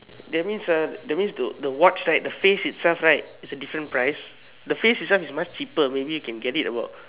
that means uh that means the the watch right the face itself right is a different price the face itself is much cheaper maybe you can get it about